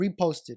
reposted